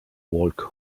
walk